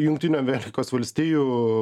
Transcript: jungtinių amerikos valstijų